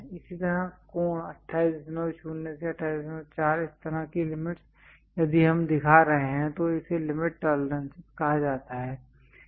इसी तरह कोण 280 से 284 इस तरह की लिमिटस् यदि हम दिखा रहे हैं तो इसे लिमिट टॉलरेंसेस कहा जाता है